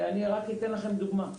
אני רק אתן לכם דוגמה.